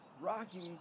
Rocky